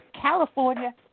California